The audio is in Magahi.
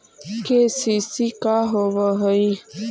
के.सी.सी का होव हइ?